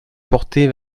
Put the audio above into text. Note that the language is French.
porter